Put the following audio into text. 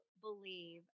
believe